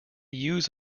use